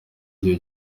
igihe